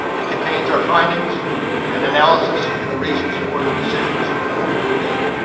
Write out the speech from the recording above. it contains our findings and analysis and the reasons for the decisions we made.